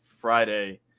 friday